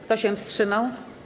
Kto się wstrzymał?